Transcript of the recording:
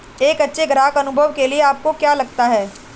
एक अच्छे ग्राहक अनुभव के लिए आपको क्या लगता है?